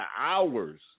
hours